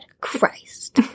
Christ